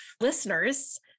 listeners